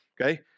okay